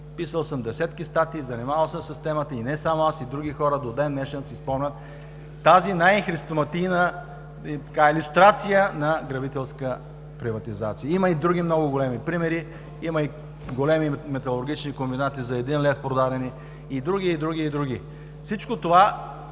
Писал съм десетки статии, занимавал съм се с темата. Не само аз и други хора до ден днешен си спомнят тази най-христоматийна илюстрация на грабителска приватизация. Има и други много големи примери. Има и големи металургични комбинати за един лев продадени и други, и други, и други. Всичко това